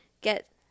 Get